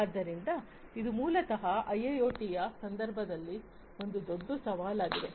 ಆದ್ದರಿಂದ ಇದು ಮೂಲತಃ IIoT ಯ ಸಂದರ್ಭದಲ್ಲಿ ಒಂದು ದೊಡ್ಡ ಸವಾಲಾಗಿದೆ